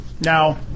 Now